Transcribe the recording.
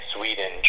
Sweden